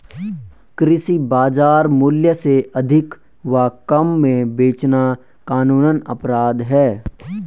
कृषि बाजार मूल्य से अधिक व कम में बेचना कानूनन अपराध है